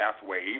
pathway